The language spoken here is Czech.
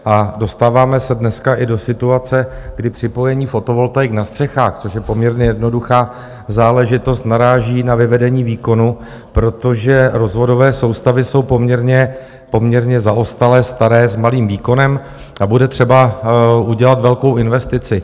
A dostáváme se dneska i do situace, kdy připojení fotovoltaik na střechách, což je poměrně jednoduchá záležitost, naráží na vyvedení výkonu, protože rozvodové soustavy jsou poměrně zaostalé, staré, s malým výkonem a bude třeba udělat velkou investici.